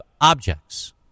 objects